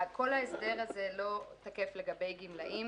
כל ההסדר הזה לא תקף לגבי גמלאים.